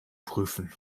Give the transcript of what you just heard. prüfen